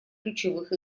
ключевых